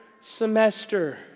semester